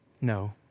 No